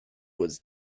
was